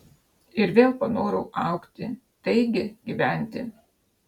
ir vėl panorau augti taigi gyventi